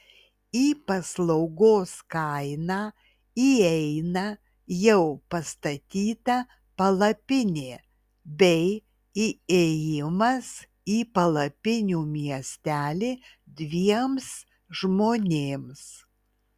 į paslaugos kainą įeina jau pastatyta palapinė bei įėjimas į palapinių miestelį dviems žmonėms